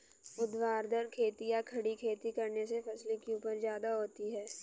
ऊर्ध्वाधर खेती या खड़ी खेती करने से फसल की उपज ज्यादा होती है